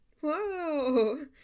Whoa